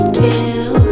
feel